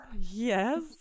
Yes